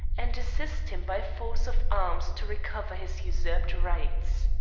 and assist him by force of arms to recover his usurped rights.